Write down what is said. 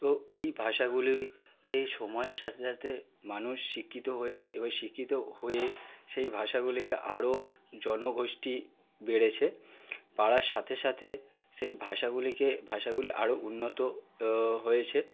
তো এই ভাষাগুলি এই সময়ের সাথে সাথে মানুষ শিক্ষিত হয়েছে এবার শিক্ষিত হয়ে সেই ভাষাগুলিকে আরো জনগোষ্ঠী বেড়েছে বাড়ার সাথে সাথে সেই ভাষাগুলিকে ভাষাগুলি আরো উন্নত হয়েছে